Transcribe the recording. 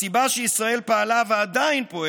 הסיבה לכך שישראל פעלה כך